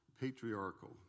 patriarchal